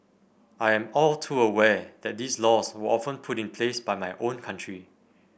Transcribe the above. I am all too aware that these laws were often put in place by my own country